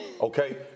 Okay